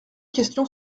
question